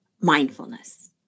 mindfulness